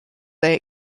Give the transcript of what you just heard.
that